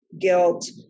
guilt